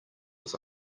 was